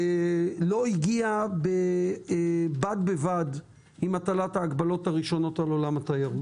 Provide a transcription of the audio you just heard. לא הגיעה בד בבד עם הטלת ההגבלות הראשונות על עולם התיירות.